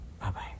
Bye-bye